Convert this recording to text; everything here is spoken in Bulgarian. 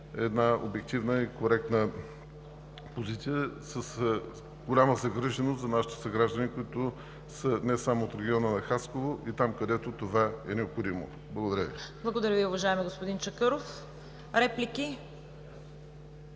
вземем обективна и коректна позиция с голяма загриженост за нашите съграждани, които не са само от региона на Хасково, а и там, където това е необходимо. Благодаря Ви.